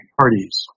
parties